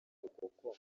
rukokoma